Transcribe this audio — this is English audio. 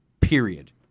period